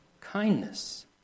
kindness